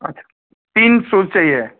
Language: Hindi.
अच्छा तीन सू चाहिए